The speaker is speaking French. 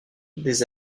des